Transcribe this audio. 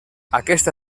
aquesta